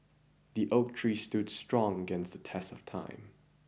the oak tree stood strong against the test of time